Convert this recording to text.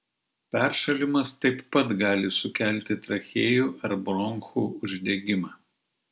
peršalimas taip pat gali sukelti trachėjų ar bronchų uždegimą